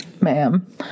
Ma'am